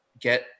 get